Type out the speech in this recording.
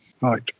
Right